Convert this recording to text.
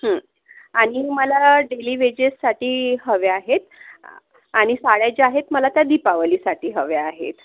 आणि मला डेली वेजेससाठी हवे आहेत आणि साड्या जे आहेत मला त्या दीपावलीसाठी हव्या आहेत